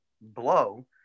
blow